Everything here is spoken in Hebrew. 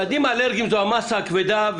הילדים האלרגיים זו המסה הכבדה,